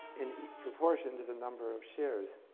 in proportion to the number of shares.